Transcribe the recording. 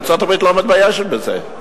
ארצות-הברית לא מתביישת בזה.